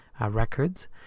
records